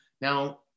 Now